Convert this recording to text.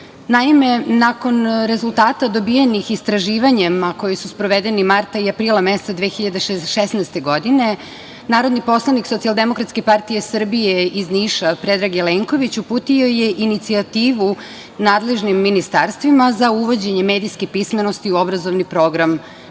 zemlje. Naime, nakon rezultata dobijenih istraživanjem, a koji su sprovedeni marta i aprila meseca 2016. godine, narodni poslanik SDPS iz Niša, Predrag Jelenković, uputio je inicijativu nadležnim ministarstvima za uvođenje medijske pismenosti u obrazovni program